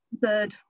Bird